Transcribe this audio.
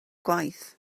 gwaith